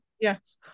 Yes